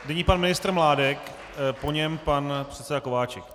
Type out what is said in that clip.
Nyní pan ministr Mládek, po něm pan předseda Kováčik.